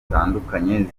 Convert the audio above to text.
zitandukanye